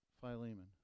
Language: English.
Philemon